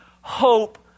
hope